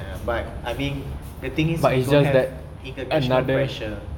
ya but I mean the thing is they don't have international pressure